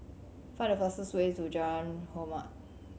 find the fastest way to Jalan Hormat